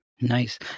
Nice